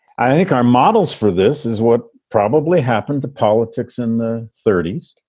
i think our models for this is what probably happened to politics in the thirty s.